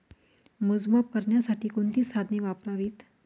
मोजमाप करण्यासाठी कोणती साधने वापरावीत?